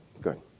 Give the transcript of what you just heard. Good